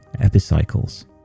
epicycles